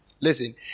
Listen